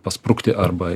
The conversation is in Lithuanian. pasprukti arba